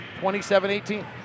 27-18